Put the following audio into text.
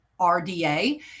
RDA